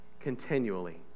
continually